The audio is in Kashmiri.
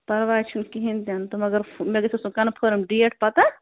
پرواے چھُنہٕ کِہیٖنٛۍ تہِ نہٕ تہٕ مگر مےٚ گژھِ آسُن کنفٲرٕم ڈیٹ پتاہ